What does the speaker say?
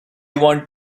want